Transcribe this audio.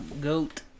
goat